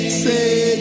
say